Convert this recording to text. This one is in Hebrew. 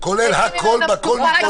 -- כולל הכול מכול.